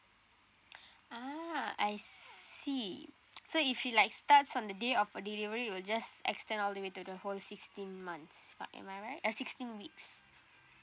ah I see so if it like starts on the day of her delivery it will just extend all the way to the whole sixteen months uh am I right uh sixteen weeks